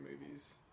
movies